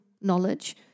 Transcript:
knowledge